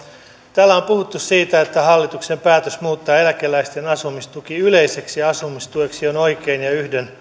täällä on puhuttu siitä että hallituksen päätös muuttaa eläkeläisten asumistuki yleiseksi asumistueksi on oikein ja